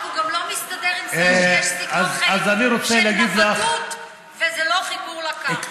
הוא גם לא מסתדר עם זה שיש סגנון חיים של נוודות ולא חיבור לקרקע.